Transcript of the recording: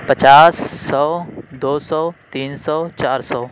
پچاس سو دو سو تین سو چار سو